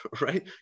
Right